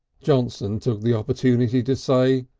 johnson took the opportunity to say,